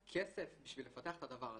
כסף, בשביל לפתח את הדבר הזה.